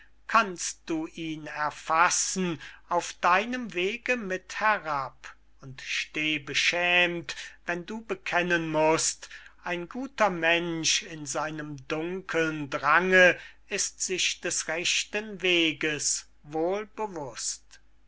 kannst du ihn erfassen auf deinem wege mit herab und steh beschämt wenn du bekennen mußt ein guter mensch in seinem dunkeln drange ist sich des rechten weges wohl bewußt